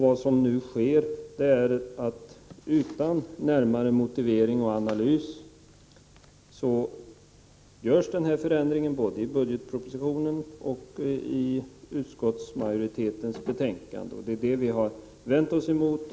Vad som nu sker är att man utan närmare motivering och analys gör denna förändring både i budgetpropositionen och i utskottsmajoritetens förslag, och det är detta vi har vänt oss emot.